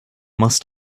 must